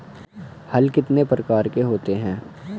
हल कितने प्रकार के होते हैं?